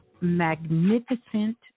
magnificent